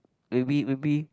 maybe maybe